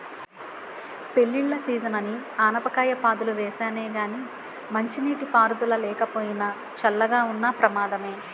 పెళ్ళిళ్ళ సీజనని ఆనపకాయ పాదులు వేసానే గానీ మంచినీటి పారుదల లేకపోయినా, చల్లగా ఉన్న ప్రమాదమే